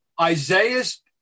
Isaiah's